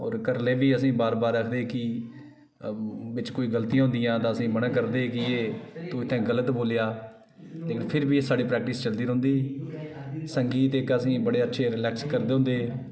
और घरै दे बी असेंगी बार बार आक्खदे हे कि बिच कोई गल्ती होंदी ही ते असें गी मना करदे हे कि तू इत्थै गल्त बोलेआ लेकिन फिर बी साढ़ी प्रैक्टिस चलदी रौंहदी ही संगीत इक आसेंगी बडे़ अच्छे रिलैक्स करदे होंदे हे